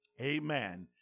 Amen